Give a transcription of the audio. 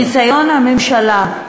ניסיון הממשלה,